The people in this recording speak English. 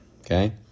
Okay